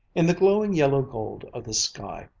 in the glowing yellow gold of the sky,